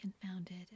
confounded